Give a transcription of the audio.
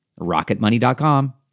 Rocketmoney.com